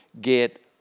get